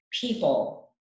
people